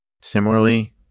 Similarly